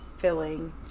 Filling